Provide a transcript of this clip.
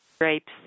Grapes